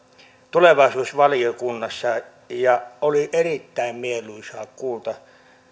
tulevaisuusvaliokunnassa ja oli erittäin mieluisaa kuulla